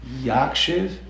Yakshiv